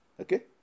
Okay